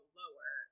lower